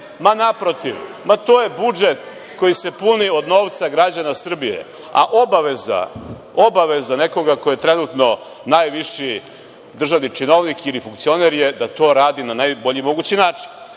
ma, naprotiv, ma, to je budžet koji se puni od novca građana Srbije, a obaveza nekoga ko je trenutno najviši državni činovnik ili funkcioner je da to radi na najbolji mogući